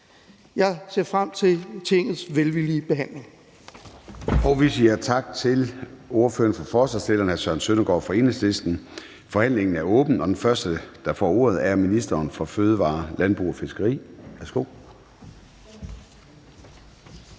Jeg ser frem til Tingets velvillige behandling.